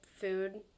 food